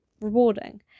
rewarding